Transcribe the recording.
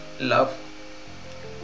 love